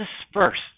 dispersed